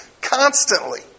constantly